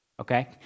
okay